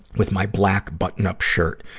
with my black button-up shirt,